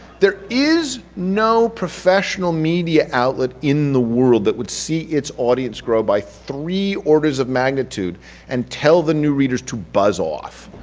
there is no professional media outlet in the world that would see its audience grow by three orders of magnitude and tell the new readers to buzz off.